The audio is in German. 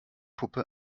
puppe